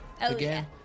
again